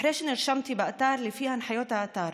אחרי שנרשמתי באתר לפי ההנחיות האתר,